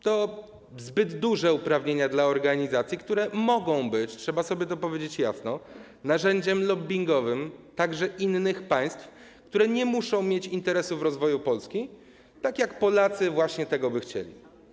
To zbyt duże uprawnienia dla organizacji, które mogą być - trzeba to sobie jasno powiedzieć - narzędziem lobbingowym, także innych państw, które nie muszą mieć interesu w rozwoju Polski, tak jak Polacy właśnie by tego chcieli.